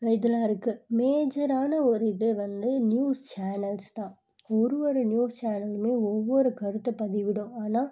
இதெலாம் இருக்குது மேஜரான ஒரு இது வந்து நியூஸ் சேனல்ஸ் தான் ஒரு ஒரு நியூஸ் சேனலுமே ஒவ்வொரு கருத்தை பதிவிடும் ஆனால்